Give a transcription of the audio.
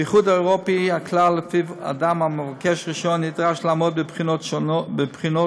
באיחוד האירופי הכלל שלפיו אדם המבקש רישיון נדרש לעמוד בבחינות שונה,